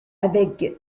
avec